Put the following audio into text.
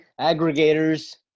aggregators